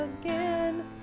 again